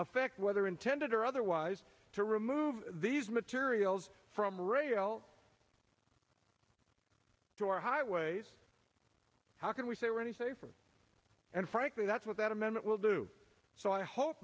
effect whether intended or otherwise to remove these materials from rail to our highways how can we say we're any safer and frankly that's what that amendment will do so i hope